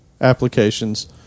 applications